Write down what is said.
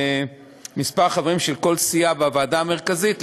שמספר החברים של כל סיעה בוועדה המרכזית,